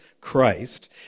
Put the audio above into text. Christ